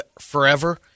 Forever